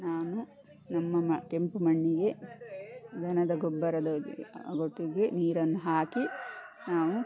ನಾನು ನಮ್ಮ ಮ ಕೆಂಪು ಮಣ್ಣಿಗೆ ದನದ ಗೊಬ್ಬರದಲ್ಲಿ ಒಟ್ಟಿಗೆ ನೀರನ್ನು ಹಾಕಿ ನಾವು